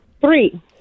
Three